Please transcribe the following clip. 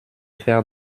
faire